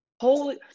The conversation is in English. Holy